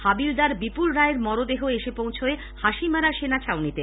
হাবিলদার বিপুল রায়ের মরদেহ এসে পৌঁছয় হাসিমারা সেনাছাউনিতে